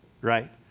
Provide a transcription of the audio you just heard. right